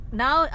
now